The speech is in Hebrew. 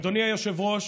אדוני היושב-ראש,